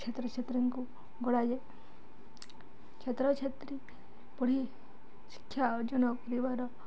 ଛାତ୍ରଛାତ୍ରୀଙ୍କୁ ଗଢ଼ାଯାଏ ଛାତ୍ରଛାତ୍ରୀ ପଢ଼ି ଶିକ୍ଷା ଅର୍ଜନ କରିବାର